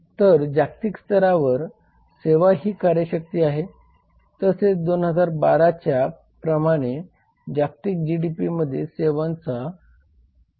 तर जागतिक स्तरावर सेवा ही कार्यशक्ती आहे तसेच 2012 च्या प्रमाणे जागतिक जीडीपी मध्ये सेवांचा 63